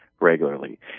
regularly